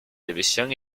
división